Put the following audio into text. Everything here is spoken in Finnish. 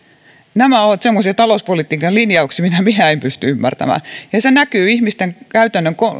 nämä ovat semmoisia talouspolitiikan linjauksia mitä minä en pysty ymmärtämään ja ne näkyvät käytännössä ihmisten